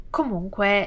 Comunque